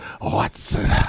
Watson